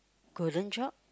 Golden Job